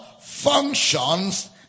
functions